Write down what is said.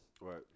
Right